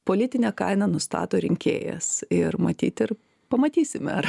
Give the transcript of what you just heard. politinę kainą nustato rinkėjas ir matyt ir pamatysim ar